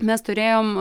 mes turėjom